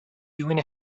doing